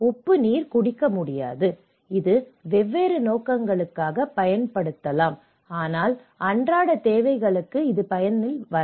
உப்பு நீர் குடிக்க முடியாது இது வெவ்வேறு நோக்கங்களுக்காக பயன்படுத்தப்படலாம் ஆனால் அன்றாட தேவைகளுக்கு அல்ல